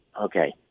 Okay